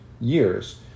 years